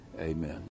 amen